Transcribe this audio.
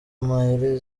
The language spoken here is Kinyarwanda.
myr